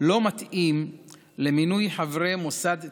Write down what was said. לא מתאים למינוי חברי מוסד תכנון,